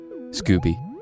Scooby